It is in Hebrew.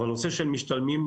אבל הנושא של משתלמים,